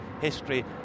history